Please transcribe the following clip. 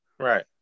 right